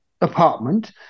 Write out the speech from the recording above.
apartment